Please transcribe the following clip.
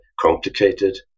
complicated